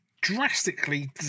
drastically